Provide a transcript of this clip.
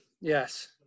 Yes